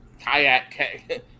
kayak